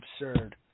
absurd